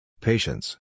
Patience